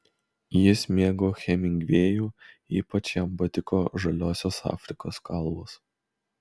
jis mėgo hemingvėjų ypač jam patiko žaliosios afrikos kalvos